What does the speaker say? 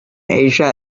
asia